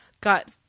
got